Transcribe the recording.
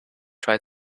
try